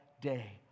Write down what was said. day